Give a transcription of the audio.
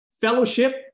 Fellowship